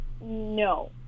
no